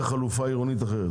בהיעדר חלופה עירונית אחרת,